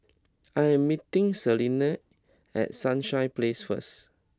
I am meeting Selene at Sunrise Place first